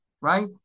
right